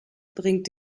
bringt